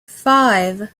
five